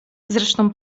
zresztą